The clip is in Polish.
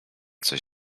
coś